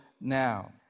now